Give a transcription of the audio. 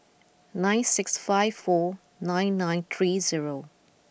nine six five four nine nine three zero